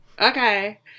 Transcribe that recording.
Okay